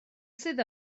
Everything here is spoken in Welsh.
sydd